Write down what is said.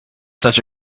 such